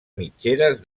mitgeres